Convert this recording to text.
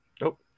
Nope